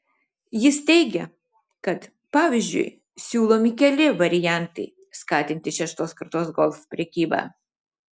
jis teigia kad pavyzdžiui siūlomi keli variantai skatinti šeštos kartos golf prekybą